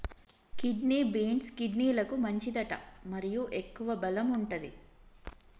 kidney beans, కిడ్నీలకు మంచిదట మరియు ఎక్కువ బలం వుంటది